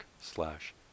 slash